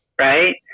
right